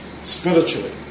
spiritually